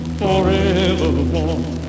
forevermore